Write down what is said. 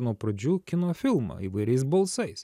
nuo pradžių kino filmą įvairiais balsais